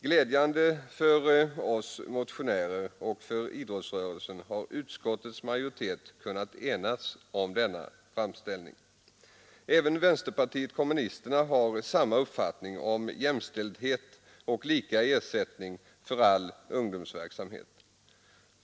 Glädjande för oss motionärer och för idrottsrörelsen har varit att utskottets majoritet har kunnat enas om denna framställning. Även vänsterpartiet kommunisterna har samma uppfattning om jämställdhet och lika ersättning för all ungdomsverksamhet.